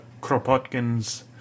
Kropotkins